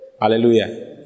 Hallelujah